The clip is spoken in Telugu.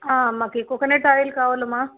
మాకి కోకోనట్ ఆయిల్ కావాలమ్మా